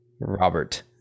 Robert